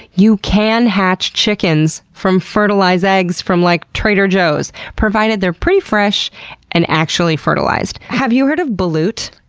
you can hatch chickens from fertilized eggs from like, trader joes, provided they're pretty fresh and actually fertilized. have you heard of balut?